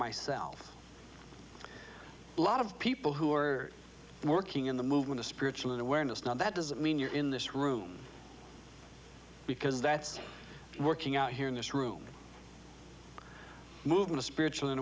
myself a lot of people who are working in the movement of spiritual awareness now that doesn't mean you're in this room because that's working out here in this room movement spiritual a